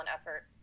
effort